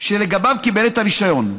שלגביו קיבל את הרישיון,